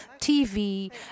TV